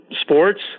sports